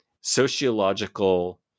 sociological